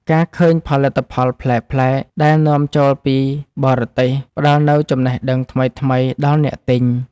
ការឃើញផលិតផលប្លែកៗដែលនាំចូលពីបរទេសផ្ដល់នូវចំណេះដឹងថ្មីៗដល់អ្នកទិញ។